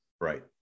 right